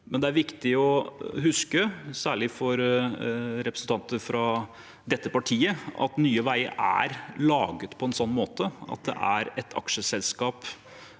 tid. Det er viktig å huske, særlig for representanter fra dette partiet, at Nye veier er laget på en sånn måte at det er et aksjeselskap